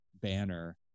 banner